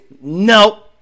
no